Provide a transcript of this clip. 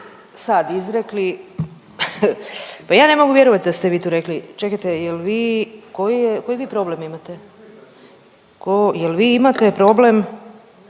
sad izrekli, pa ja ne mogu vjerovat da ste vi to rekli. Čekajte, jel vi, koji je, koji vi problem imate, ko, jel vi imate problem